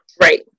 Right